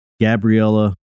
Gabriella